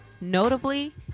notably